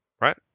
right